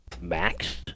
max